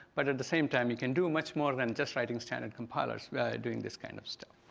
but at the same time, you can do much more than just writing standard compilers doing this kind of stuff.